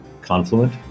Confluent